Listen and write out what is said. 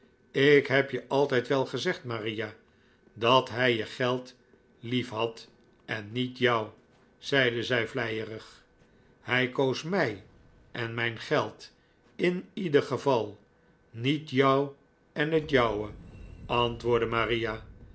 ik heb je altijd wel gezegd maria dat hij je geld liefhad en niet jou zeide zij vleierig hij koos mij en mijn geld in ieder geval niet jou en het jouwe antwoordde maria